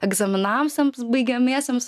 egzaminams tiems baigiamiesiems